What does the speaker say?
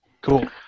Cool